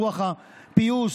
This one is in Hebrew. רוח הפיוס,